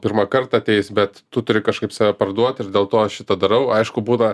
pirmą kart ateis bet tu turi kažkaip save parduot ir dėl to aš šitą darau aišku būna